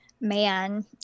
Man